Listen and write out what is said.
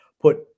Put